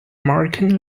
american